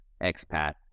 expats